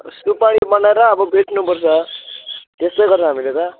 सुपारी बनाएर अब बेच्नुपर्छ त्यसै गरेर हामीले त